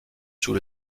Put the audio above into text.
sous